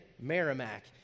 Merrimack